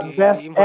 best